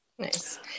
Nice